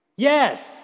Yes